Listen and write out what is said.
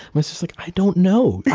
my sister's like, i don't know. yeah